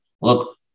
look